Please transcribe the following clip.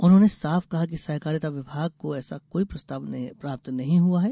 उन्होंने साफ कहा कि सहकारिता विभाग को ऐसा कोई प्रस्ताव प्राप्त नहीं हुआ है